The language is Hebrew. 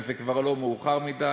אם זה כבר לא מאוחר מדי,